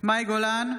מאי גולן,